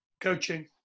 Coaching